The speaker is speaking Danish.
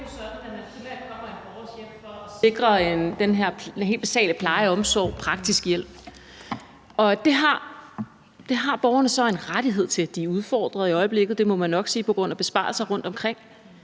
er det jo sådan, at man primært kommer i en borgers hjem for at sikre den her helt basale pleje og omsorg og praktiske hjælp. Det har borgerne så en rettighed til. Den er udfordret i øjeblikket, det må man nok sige, på grund af besparelser rundtomkring,